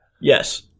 Yes